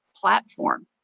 platform